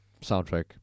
soundtrack